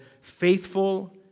Faithful